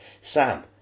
Sam